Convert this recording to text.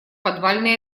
подвальный